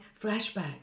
Flashback